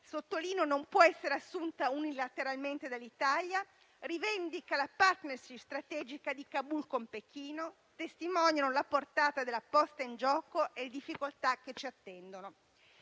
sottolineo, non può essere assunta unilateralmente dall'Italia), rivendica la *partnership* strategica di Kabul con Pechino, testimoniano la portata della posta in gioco e le difficoltà che ci attendono.